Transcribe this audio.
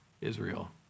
Israel